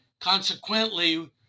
Consequently